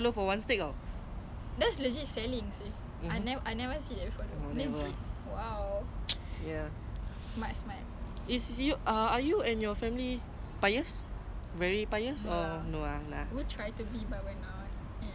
just a standard punya macam err standard ah is like normal family with tudung agama dan gitu-gitu ah ada yang bias gila babi sampai macam neighbour datang macam oh ah halal gap ah